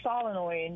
solenoid